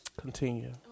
Continue